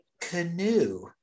Canoe